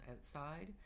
outside